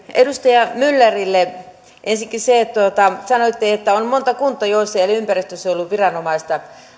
edustaja myllerille ensinnäkin kun sanoitte että on monta kuntaa joissa ei ole ympäristönsuojeluviranomaista